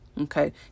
Okay